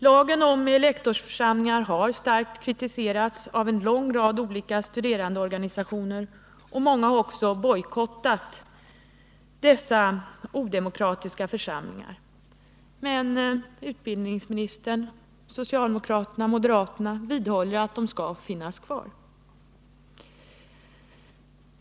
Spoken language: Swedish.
Lagen om elektorsförsamlingar har starkt kritiserats av en lång rad olika studerandeorganisationer, och många har också bojkottat dessa odemokratiska församlingar. Men utbildningsministern, socialdemokraterna och moderaterna vidhåller att de skall finnas kvar.